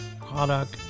product